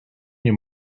your